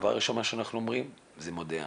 דבר ראשון מה שאנחנו אומרים זה מודה אני.